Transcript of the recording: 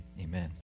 amen